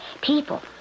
people